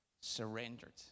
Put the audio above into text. surrendered